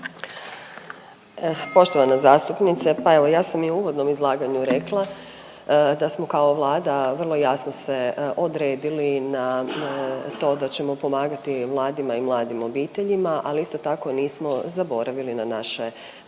Poštovana zastupnice. Pa evo ja sam i u uvodnom izlaganju rekla da smo kao Vlada vrlo jasno se odredili na to da ćemo pomagati mladima i mladim obiteljima, ali isto tako nismo zaboravili na naše starije